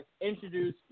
introduce